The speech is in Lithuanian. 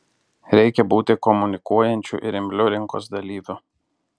reikia būti komunikuojančiu ir imliu rinkos dalyviu